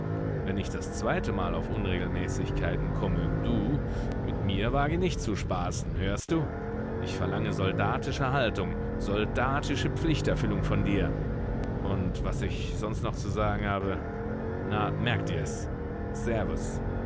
wenn ich das zweitemal auf unregelmäßigkeiten komme du mit mir wage nicht zu spaßen hörst du ich verlange soldatische haltung soldatische pflichterfüllung von dir und was ich sonst noch zu sagen habe na merk dir's servus